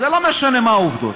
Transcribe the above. זה לא משנה מה העובדות.